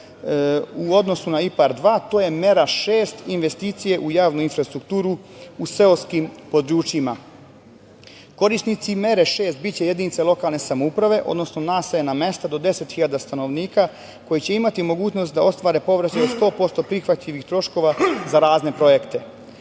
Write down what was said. u odnosu na IPARD 2, to je mera 6 – investicije u javnu infrastrukturu u seoskim područjima. Korisnici mere 6 biće jedinice lokalne samouprave, odnosno naseljena mesta do 10.000 stanovnika koji će imati mogućnost da ostvare povraćaj od 100% prihvatljivih troškova za razne projekte. Naša